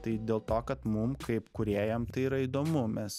tai dėl to kad mum kaip kūrėjam tai yra įdomu mes